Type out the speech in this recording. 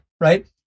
right